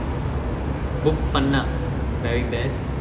book பண்ணா:pannaa driving test